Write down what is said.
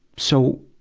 so,